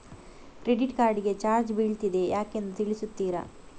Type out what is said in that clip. Credit card ಗೆ charge ಬೀಳ್ತಿದೆ ಯಾಕೆಂದು ತಿಳಿಸುತ್ತೀರಾ?